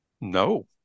No